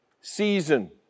season